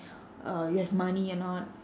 uh you have money or not